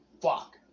fuck